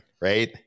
right